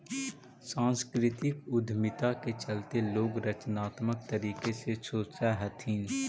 सांस्कृतिक उद्यमिता के चलते लोग रचनात्मक तरीके से सोचअ हथीन